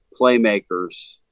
playmakers